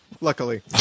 luckily